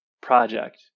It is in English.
project